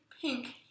pink